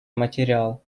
материал